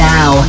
Now